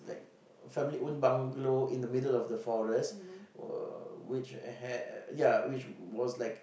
like family owned bungalow in the middle of the forest uh which had ya which was like